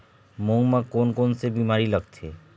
मूंग म कोन कोन से बीमारी लगथे?